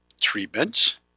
treatments